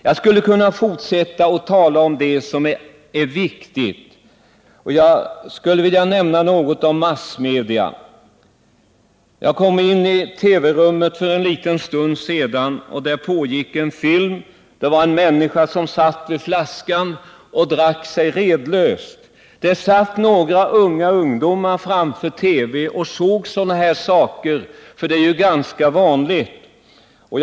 Jag skulle kunna fortsätta att tala om det som är viktigt. Jag skulle vilja nämna något om massmedia. Jag kom för en liten stund sedan in i TV rummet. Där pågick en film. En människa satt med flaskan och drack sig redlös. Vid ett annat tillfälle satt några ungdomar framför TV:n och såg på ett sådant här program, för de är ju ganska vanliga.